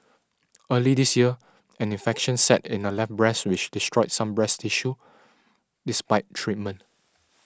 early this year an infection set in her left breast which destroyed some breast tissue despite treatment